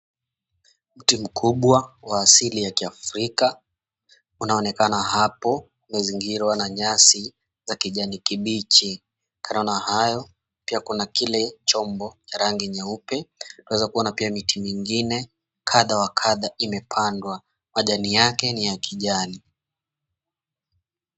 Mti mkubwa wa asili ya kiafrika unaonekana hapo umezingirwa na nyasi za kijani kibichi. Kando na hayo pia kuna kile chombo cha rangi nyeupe. Twaweza kuona pia miti nyingine kadha wa kadha imepandwa, majani yake ni ya kijani.